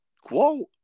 quote